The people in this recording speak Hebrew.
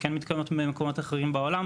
שכן מתקבלות ממקומות אחרים בעולם,